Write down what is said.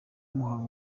muhango